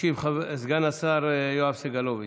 ישיב סגן השר יואב סגלוביץ'.